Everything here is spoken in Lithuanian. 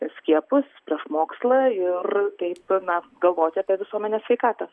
prieš skiepus prieš mokslą ir taip na galvoti apie visuomenės sveikatą